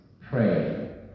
pray